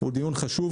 הוא דיון חשוב,